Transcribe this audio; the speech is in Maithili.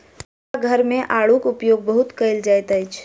हुनका घर मे आड़ूक उपयोग बहुत कयल जाइत अछि